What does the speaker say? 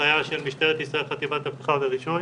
ההנחיה של משטרת ישראל חטיבת אבטחה ורישוי,